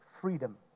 freedom